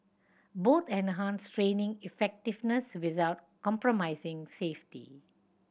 both enhanced training effectiveness without compromising safety